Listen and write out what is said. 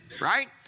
right